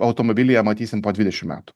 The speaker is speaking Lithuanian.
automobilyje matysim po dvidešim metų